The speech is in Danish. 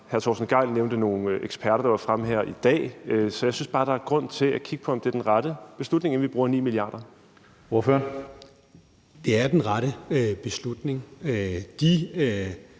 Hr. Torsten Gejl nævnte nogle eksperter, der var fremme her i dag. Så jeg synes bare, der er grund til at kigge på, om det er den rette beslutning, inden vi bruger 9 mia. kr. Kl. 17:26 Tredje næstformand